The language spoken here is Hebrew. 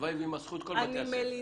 הלוואי וימסכו את כל בתי הספר.